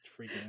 freaking